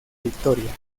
victoria